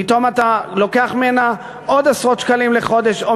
פתאום אתה לוקח ממנה עוד עשרות שקלים לחודש או